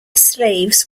slaves